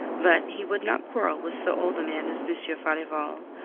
but he would not quarrel with so old a man as monsieur farival,